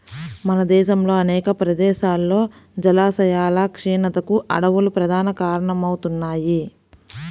మన దేశంలో అనేక ప్రదేశాల్లో జలాశయాల క్షీణతకు అడవులు ప్రధాన కారణమవుతున్నాయి